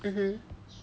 mmhmm